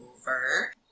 over